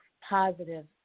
positive